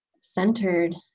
centered